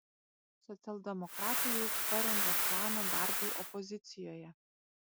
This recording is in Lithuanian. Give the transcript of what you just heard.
socialdemokratai jau parengė planą darbui opozicijoje